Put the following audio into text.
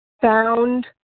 found